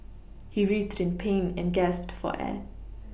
he writhed in pain and gasped for air